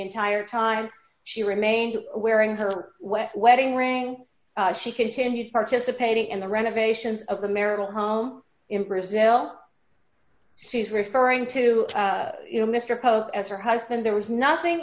entire time she remained wearing her wedding ring she continues participating in the renovations of the marital home in brazil she's referring to mister pope as her husband there was nothing